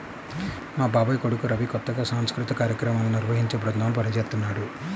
మా బాబాయ్ కొడుకు రవి కొత్తగా సాంస్కృతిక కార్యక్రమాలను నిర్వహించే బృందంలో పనిజేత్తన్నాడు